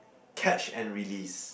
catch and release